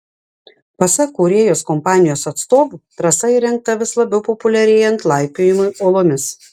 pasak kūrėjos kompanijos atstovų trasa įrengta vis labiau populiarėjant laipiojimui uolomis